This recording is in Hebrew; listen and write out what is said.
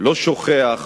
לא שוכח,